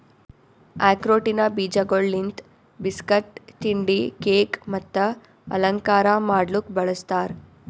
ಆಕ್ರೋಟಿನ ಬೀಜಗೊಳ್ ಲಿಂತ್ ಬಿಸ್ಕಟ್, ತಿಂಡಿ, ಕೇಕ್ ಮತ್ತ ಅಲಂಕಾರ ಮಾಡ್ಲುಕ್ ಬಳ್ಸತಾರ್